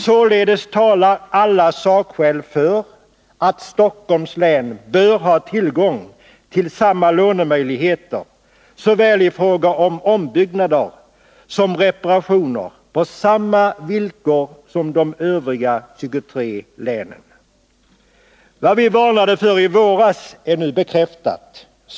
Således talar alla sakskäl för att Stockholms län bör ha tillgång till samma lånemöjligheter i fråga om såväl ombyggnader som reparationer på samma villkor som de övriga 23 länen. Vad vi varnade för i våras är nu bekräftat.